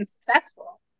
successful